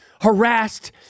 harassed